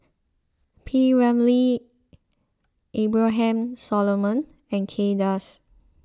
P Ramlee Abraham Solomon and Kay Das